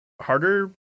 harder